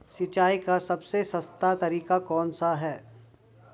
सिंचाई का सबसे सस्ता तरीका कौन सा है?